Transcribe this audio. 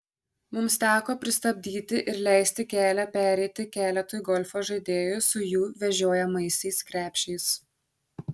mums teko pristabdyti ir leisti kelią pereiti keletui golfo žaidėjų su jų vežiojamaisiais krepšiais